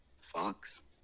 Fox